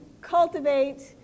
cultivate